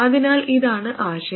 അതിനാൽ ഇതാണ് ആശയം